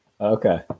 Okay